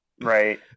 Right